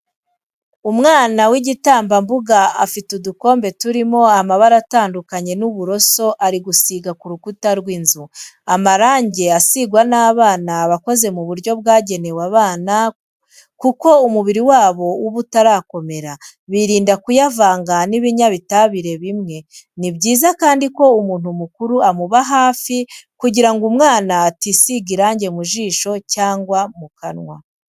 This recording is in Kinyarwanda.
Umwana w'igitambambuga afite udukombe turimo amabara atandukanye n'uburoso ari gusiga ku rukuta rw'inzu. Amarangi asigwa n'abana aba akoze mu buryo bwagenewe abana kuko umubiri wabo uba utarakomera, birinda kuyavanga n'ibinyabutabire bimwe. Ni byiza kandi ko umuntu mukuru amuba hafi kugira ngo umwana atisiga irangi mu jisho cyangwa mu kanwa.